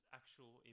actual